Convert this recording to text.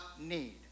need